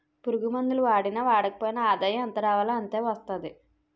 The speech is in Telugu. పురుగుమందులు వాడినా వాడకపోయినా ఆదాయం ఎంతరావాలో అంతే వస్తాది